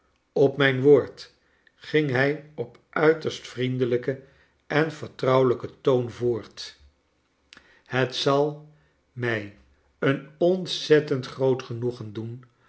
op mijn woord ging hij op uiterst vriendelijken en vertrouwelijken toon voort het zal mij een ontzettend groot genoegen doen